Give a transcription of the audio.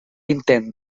intent